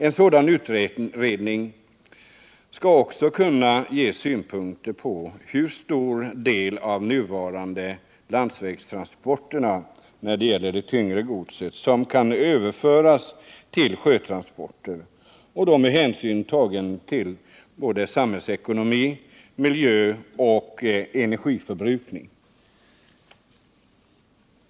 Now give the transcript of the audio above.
En sådan utredning skall också kunna ge synpunkter på hur stor del av nuvarande landsvägstransporter när det gäller det tyngre godset som kan överföras till sjötransporter — då med hänsyn tagen till samhällsekonomi, miljö och energiförbrukning.